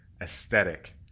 aesthetic